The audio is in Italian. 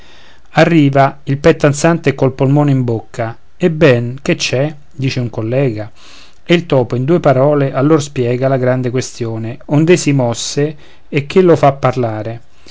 arriva il petto ansante e col polmone in bocca ebben che c'è dice un collega e il topo in due parole a loro spiega la grande questione ond'ei si mosse e che lo fa parlare